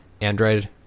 Android